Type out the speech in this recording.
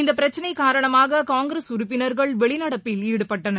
இந்தப் பிரச்சளை காரணமாக காங்கிரஸ் உறுப்பினர்கள் வெளிநடப்பில் ஈடுபட்டனர்